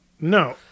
No